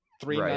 Three